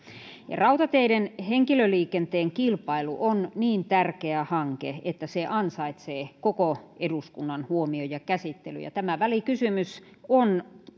rautateiden henkilöliikenteen kilpailu on niin tärkeä hanke että se ansaitsee koko eduskunnan huomion ja käsittelyn ja tämä välikysymys on